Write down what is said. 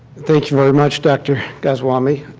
thank you, very much dr. gotswami.